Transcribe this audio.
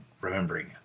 remembering